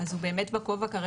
אז הוא באמת בכובע של